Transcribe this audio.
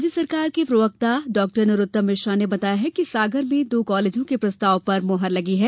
राज्य सरकार के प्रवक्ता नरोत्तम मिश्रा ने बताया है कि सागर में दो कॉलेजों के प्रस्ताव पर मुहर लगी है